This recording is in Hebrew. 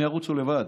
הם ירוצו לבד,